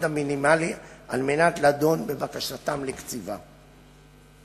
המינימלי על מנת לדון בבקשתם לקציבה.